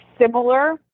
similar